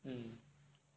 mm